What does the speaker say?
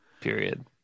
period